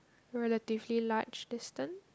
relatively large distance